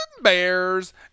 Bears